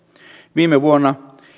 viime vuonna